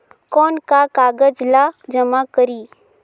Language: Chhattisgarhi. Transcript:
कौन का कागज ला जमा करी?